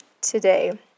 today